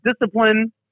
discipline